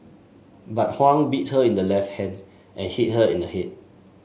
but Huang bit her in the left hand and hit her in the head